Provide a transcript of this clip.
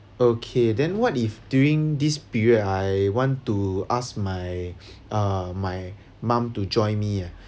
okay then what if during this period I want to ask my uh my mom to join me eh